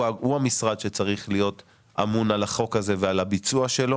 המשרד שצריך להיות אמון על החוק הזה ועל הביצוע שלו,